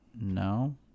No